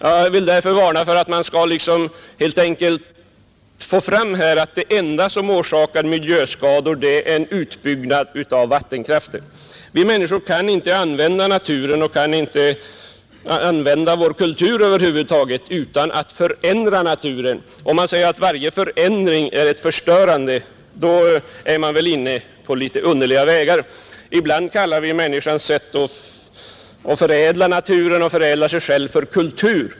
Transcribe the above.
Jag vill därför varna för uppfattningen att den enda elkraftproduktion som orsakar miljöskador är utbyggnad av vattenkraften. Vi människor kan inte använda naturen utan att förändra den. Om man säger att varje förändring blir ett förstörande, då är man väl inne på litet underliga vägar. Ibland kallar vi människans sätt att förädla naturen och förädla sig själv för kultur.